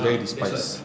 ah that's why